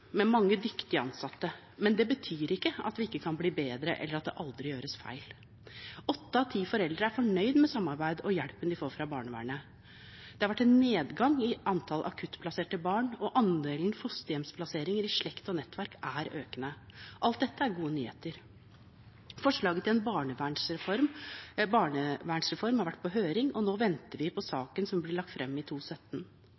med mange dyktige ansatte, men det betyr ikke at vi ikke kan bli bedre, eller at det aldri gjøres feil. Åtte av ti foreldre er fornøyd med samarbeidet og hjelpen de får fra barnevernet. Det har vært en nedgang i antall akuttplasserte barn, og andelen fosterhjemsplasseringer i slekt og nettverk er økende. Alt dette er gode nyheter. Forslag til en barnevernsreform har vært på høring, og nå venter vi på